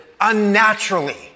unnaturally